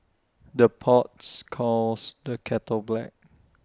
the pots calls the kettle black